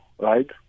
right